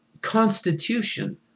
constitution